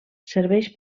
serveix